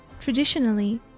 Traditionally